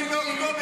אם רוצים כבר,